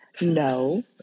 No